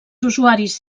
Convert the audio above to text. usuaris